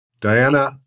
Diana